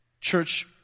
Church